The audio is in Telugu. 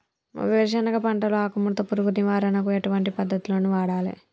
మా వేరుశెనగ పంటలో ఆకుముడత పురుగు నివారణకు ఎటువంటి పద్దతులను వాడాలే?